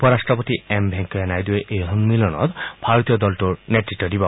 উপ ৰট্টপতি এম ভেংকায়া নাইডুৱে এই সম্মিলনত ভাৰতীয় দলটোৰ নেতৃত্ব দিব